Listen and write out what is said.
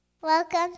Welcome